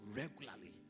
regularly